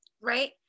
right